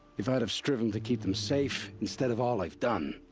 if i'd have striven to keep them safe. instead of all i've done!